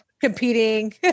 competing